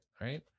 Right